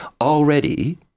Already